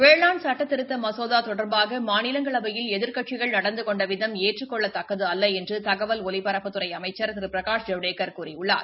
வேளாண் சட்டத்திருத்த மசோதா தொடர்பாக மாநிலங்களவையில் எதிர்க்கட்சிகள் நடந்து கொண்ட விதம் ஏற்றுக்கொள்ளத் தக்கதல்ல என்று தகவல் ஒலிபரப்புத்துறை அமைச்ச் திரு பிரகாஷ் ஜவடேக்கர் கூறியுள்ளார்